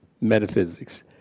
metaphysics